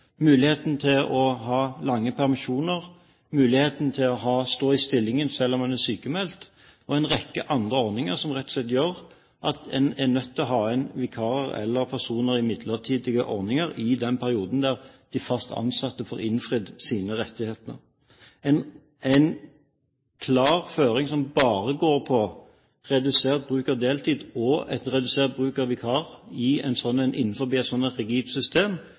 muligheten til å ha lange permisjoner, muligheten til å stå i stillingen selv om man er sykmeldt og en rekke andre ordninger som rett og slett gjør at en er nødt til å ha inn vikarer eller personer i midlertidige ordninger i den perioden der fast ansatte får innfridd sine rettigheter. En klar føring som bare går på redusert bruk av deltid og redusert bruk av vikar innenfor et